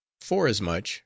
forasmuch